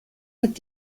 hat